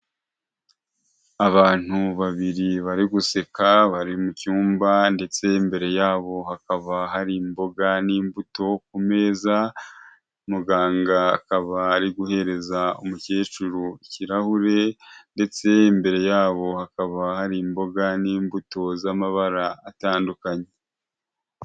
Abantu babiri bari guseka, bari mu cyumba ndetse imbere yabo hakaba hari imboga n'imbuto ku meza, muganga akaba ari guhereza umukecuru ikirahure, ndetse imbere yabo hakaba hari imboga n'imbuto z'amabara atandukanye.